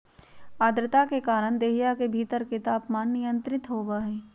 आद्रता के कारण देहिया के भीतर के तापमान नियंत्रित होबा हई